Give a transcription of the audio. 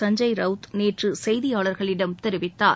சஞ்சய் ரவ்த் நேற்று செய்தியாளர்களிடம் தெரிவித்தார்